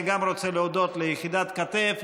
אני רוצה להודות ליחידת כת"ף,